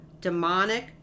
demonic